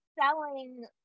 selling